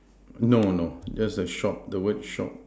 no no just a shop the word shop